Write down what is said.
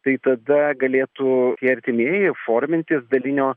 tai tada galėtų tie artimieji formintis dalinio